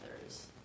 others